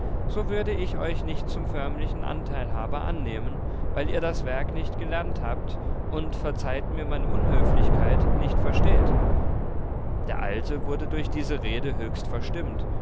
so würde ich euch nicht zum förmlichen anteilhaber annehmen weil ihr das werk nicht gelernt habt und verzeiht mir meine unhöflichkeit nicht versteht der alte wurde durch diese rede höchst verstimmt